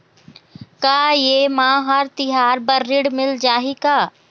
का ये मा हर तिहार बर ऋण मिल जाही का?